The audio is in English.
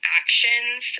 actions